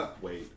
Wait